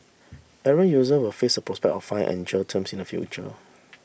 errant user will face the prospect of fine and jail terms in the future